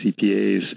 CPAs